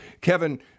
Kevin